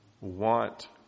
want